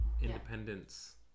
independence